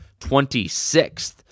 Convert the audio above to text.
26th